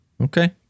Okay